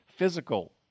Physical